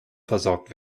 versorgt